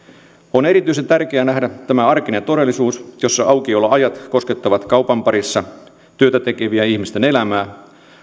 on erityisen tärkeää nähdä tämä arkinen todellisuus jossa aukioloajat koskettavat kaupan parissa työtä tekevien ihmisten elämää